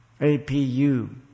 APU